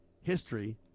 history